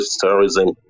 terrorism